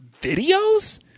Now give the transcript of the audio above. videos